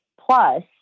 Plus